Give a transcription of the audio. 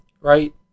Right